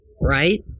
right